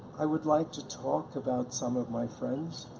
i would like to talk about some of my friends.